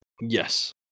Yes